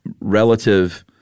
relative